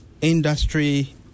industry